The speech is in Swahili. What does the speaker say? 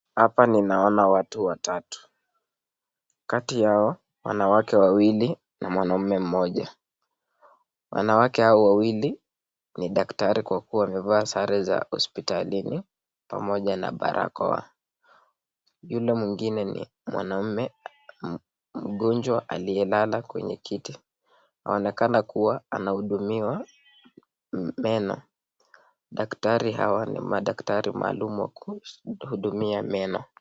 Hapa ninaona watatu kati ya hawa wanawake wawili na Wanamke mmoja wanawake hawa wawili ni daktari wa kuwa amevaa sare za hospitalli pamoja na baraka yule mwingine ni mwanaume mgonjwa alieye lala Kwa kiti anaonekana kuwa anahudumiwa meno daktari hawa ni wimu wakumtu hudumiwa meno.